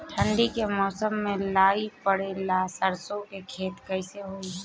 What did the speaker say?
ठंडी के मौसम में लाई पड़े ला सरसो के खेती कइसे होई?